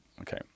Okay